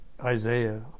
Isaiah